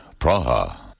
Praha